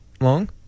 long